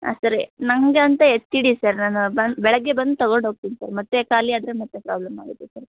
ಹಾಂ ಸರಿ ನನಗೆ ಅಂತ ಎತ್ತಿಡಿ ಸರ್ ನಾನು ಬಂ ಬೆಳಗ್ಗೆ ಬಂದು ತಗೊಂಡು ಹೋಗ್ತಿನ್ ಸರ್ ಮತ್ತೆ ಖಾಲಿ ಆದರೆ ಮತ್ತೆ ಪ್ರಾಬ್ಲಮ್ ಆಗುತ್ತೆ ಸರ್